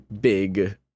big